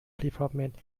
diplomat